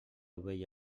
ovella